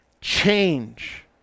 change